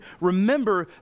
remember